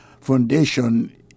Foundation